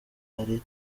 hari